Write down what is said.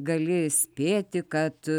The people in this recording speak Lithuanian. gali spėti kad